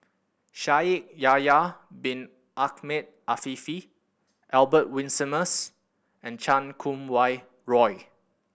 Shaikh Yahya Bin Ahmed Afifi Albert Winsemius and Chan Kum Wah Roy